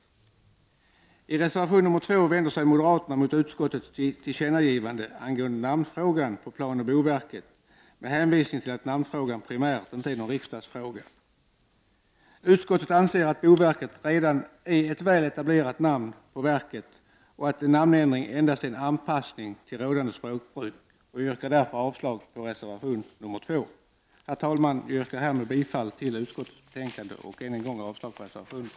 I reservation 2 vänder sig moderaterna mot utskottets tillkännagivande angående frågan om namn på planoch bostadsverket med hänvisning till att namnfrågan primärt inte är någon riksdagsfråga. Utskottet anser att boverket redan är ett väl etablerat namn på verket och att en namnändring endast är en anpassning till rådande språkbruk. Jag yrkar därför avslag på reservation 2. Herr talman! Jag yrkar härmed bifall till hemställan i utskottets betänkande och avslag på reservationerna.